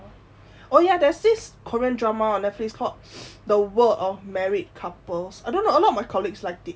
oh ya there's this korean drama on netflix called the world of married couples I don't know a lot of my colleagues liked it